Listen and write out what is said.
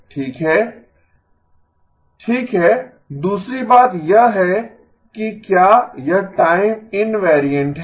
ठीक है दूसरी बात यह है कि क्या यह टाइम इन्वारीऐन्ट है